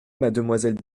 mademoiselle